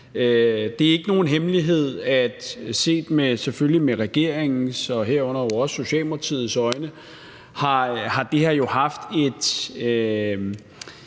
Det er ikke nogen hemmelighed, at det her set med regeringens og herunder jo også Socialdemokratiets øjne har haft et